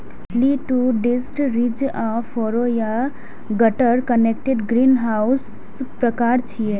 lean to detached, ridge आ furrow या gutter connected ग्रीनहाउसक प्रकार छियै